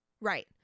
Right